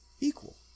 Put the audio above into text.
equal